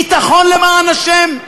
ביטחון, למען השם,